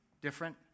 different